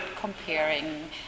comparing